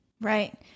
Right